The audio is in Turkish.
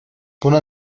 buna